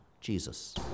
Jesus